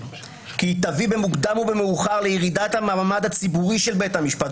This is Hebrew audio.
כי היא תביא במוקדם או במאוחר לירידת המעמד הציבורי של בית המשפט.